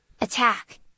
attack